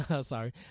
Sorry